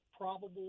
probable